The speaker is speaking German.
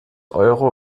euro